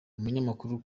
umunyamakuru